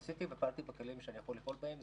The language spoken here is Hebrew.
עשיתי ופעלתי בכלים שאני יכול לפעול בהם,